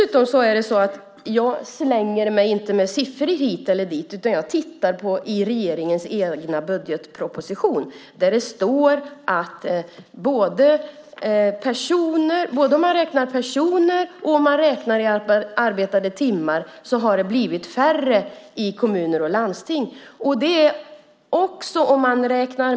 Jag slänger inte ur mig siffror hit och dit, utan jag tittar i regeringens egen budgetproposition där det står att oavsett om man räknar antalet personer eller antalet arbetade timmar i kommuner och landsting har antalet minskat.